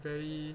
very